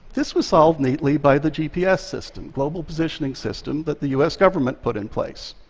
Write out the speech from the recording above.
this was solved neatly by the gps system, global positioning system, that the u s. government put in place.